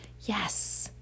Yes